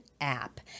App